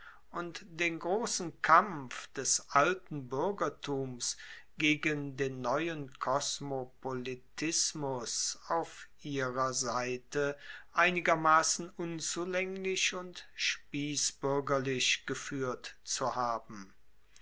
und den grossen kampf des alten buergertums gegen den neuen kosmopolitismus auf ihrer seite einigermassen unzulaenglich und spiessbuergerlich gefuehrt zu haben